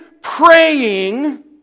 praying